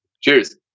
Cheers